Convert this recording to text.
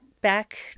back